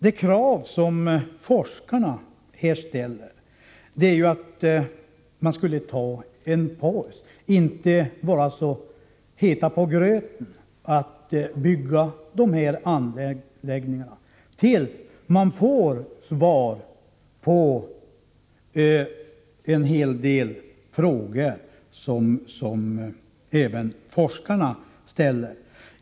Det krav som forskarna ställt är att man skulle ta en paus, och inte vara så het på gröten att bygga de här anläggningarna tills man får svar på en hel del frågor, som även forskarna ställer.